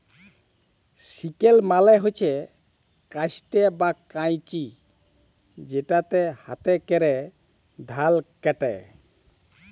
sickle মালে হছে কাস্তে বা কাঁইচি যেটতে হাতে ক্যরে ধাল ক্যাটে